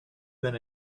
than